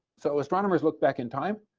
so astronomers look back in time,